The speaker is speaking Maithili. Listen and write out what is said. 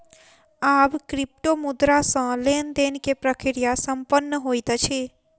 आब क्रिप्टोमुद्रा सॅ लेन देन के प्रक्रिया संपन्न होइत अछि